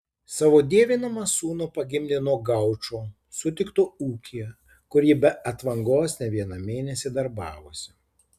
savo dievinamą sūnų pagimdė nuo gaučo sutikto ūkyje kur ji be atvangos ne vieną mėnesį darbavosi